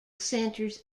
centers